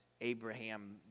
Abraham